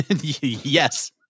yes